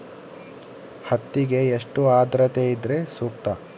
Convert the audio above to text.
ಹತ್ತಿಗೆ ಎಷ್ಟು ಆದ್ರತೆ ಇದ್ರೆ ಸೂಕ್ತ?